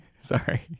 sorry